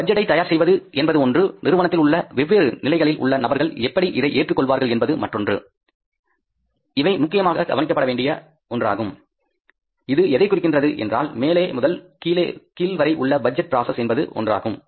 பட்ஜெட்டை தயார் செய்வது என்பது ஒன்று நிறுவனத்தில் உள்ள வெவ்வேறு நிலைகளில் உள்ள நபர்கள் எப்படி இதை ஏற்றுக்கொள்வார்கள் என்பது மற்றொரு முக்கியமாக கவனிக்கப்பட வேண்டிய ஒன்றாகும் இது எதைக் குறிக்கிறது என்றால் மேலே முதல் கீழ் வரை உள்ள பட்ஜெட் பிராசஸ் என்பது ஒன்றாகும்